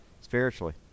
spiritually